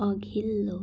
अघिल्लो